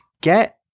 get